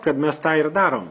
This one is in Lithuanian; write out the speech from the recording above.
kad mes tą ir darom